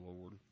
Lord